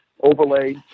overlay